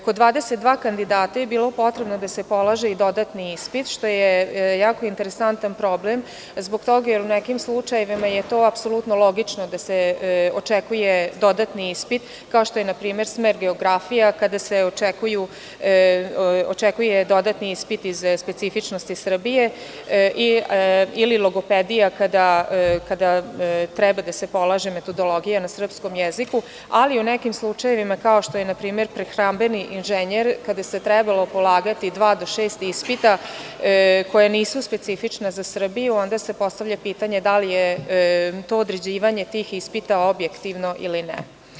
Kod 22 kandidata je bilo potrebno da se polaže dodatni ispit, što je jako interesantan problem zbog toga jer u nekim slučajevima je to apsolutno logično da se očekuje dodatni ispit, kao što je, na primer, smer geografija, kada se očekuje dodatni ispiti iz specifičnosti Srbije ili logopedija, kada treba da se polaže metodologija na srpskom jeziku, ali, u nekim slučajevima, kao što je, na primer, prehrambeni inženjer, kada se trebalo polagati dva do šest ispita koja nisu specifična za Srbiju, onda se postavlja pitanje da li je to određivanje tih ispita objektivno ili ne?